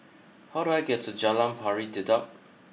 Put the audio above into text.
how do I get to Jalan Pari Dedap